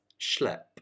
schlep